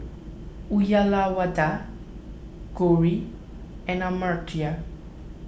Uyyalawada Gauri and Amartya